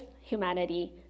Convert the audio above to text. humanity